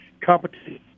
competition